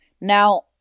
now